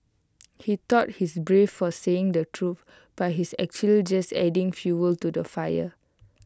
he thought he's brave for saying the truth but he's actually just adding fuel to the fire